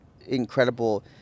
incredible